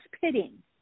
pitting